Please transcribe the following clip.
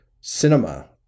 cinema